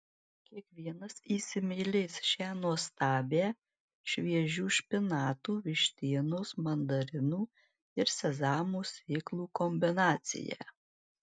kiekvienas įsimylės šią nuostabią šviežių špinatų vištienos mandarinų ir sezamo sėklų kombinaciją